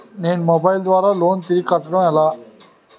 నేను మొబైల్ ద్వారా లోన్ తిరిగి కట్టడం ఎలా?